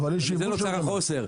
ומזה נוצר החוסר.